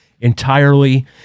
entirely